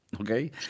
Okay